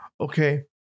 Okay